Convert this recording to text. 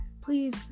please